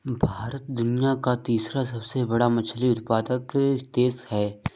भारत दुनिया का तीसरा सबसे बड़ा मछली उत्पादक देश है